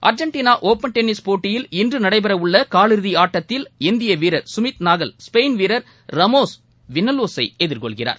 அர்ஜென்டினாஒப்பன் tennis போட்டியில் இன்றநடைபெறவுள்ளகாலிறுதிஆட்டத்தில் இந்தியவீரர் சுமித் நகல் ஸ்பெயின் வீரர் ரமோஸ் வினோலஸை எதிர்கொள்கிறார்